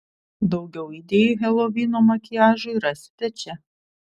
daugiau idėjų helovyno makiažui rasite čia